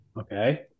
Okay